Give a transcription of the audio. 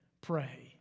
pray